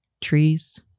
Trees